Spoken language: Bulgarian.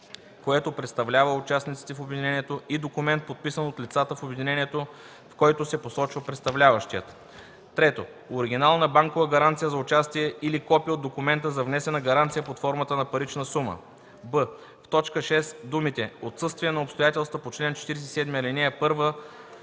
което представлява участниците в обединението – и документ, подписан от лицата в обединението, в който се посочва представляващият; 3. оригинал на банкова гаранция за участие или копие от документа за внесена гаранция под формата на парична сума;” б) в т. 6 думите „отсъствие на обстоятелствата по чл. 47, ал. 1,